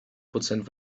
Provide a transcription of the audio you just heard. prozent